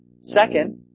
Second